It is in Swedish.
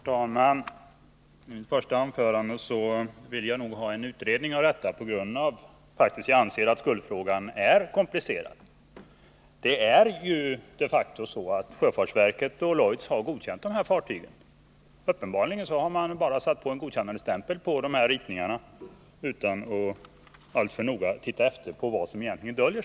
Herr talman! I mitt första anförande framhöll jag att jag ville få till stånd en utredning av denna fråga, eftersom jag för min del anser att skuldfrågan faktiskt är komplicerad. Det är de facto så att sjöfartsverket och Lloyds har godkänt dessa fartyg. Uppenbarligen har man bara satt en godkännandestämpel på ritningarna utan att särskilt noga se efter vad de egentligen innebär.